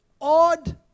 odd